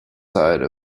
side